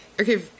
Okay